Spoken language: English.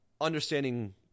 understanding